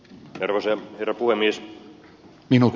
arvoisa herra puhemies